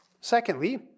Secondly